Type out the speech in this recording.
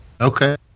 okay